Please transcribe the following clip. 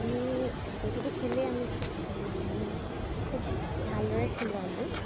আমি প্ৰতিটো খেলেই আমি খুব মানে খুব ভালদৰে খেলোঁ আমি